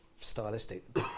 stylistic